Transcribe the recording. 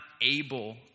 able